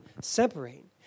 separate